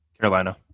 Carolina